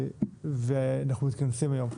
ואנחנו מתכנסים היום.